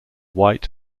white